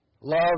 Love